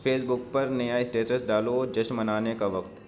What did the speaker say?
face بک پر نیا status ڈالو جشن منانے کا وقت